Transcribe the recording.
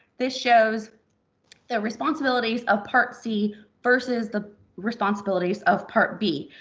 this shows the responsibilities of part c versus the responsibilities of part b.